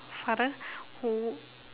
father who